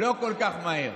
לא כל כך מהר.